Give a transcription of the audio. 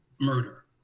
murder